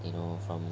you know from